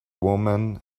woman